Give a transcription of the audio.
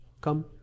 Come